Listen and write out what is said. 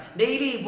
daily